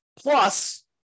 Plus